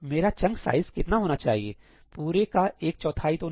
मेरा chunk size कितना होना चाहिए पूरे का एक चौथाई तो नहीं